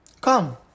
Come